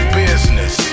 business